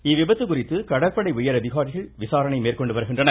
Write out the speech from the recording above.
இவ்விபத்து குறித்து கடற்படை உயரதிகாரிகள் விசாரணை மேற்கொண்டு வருகின்றனர்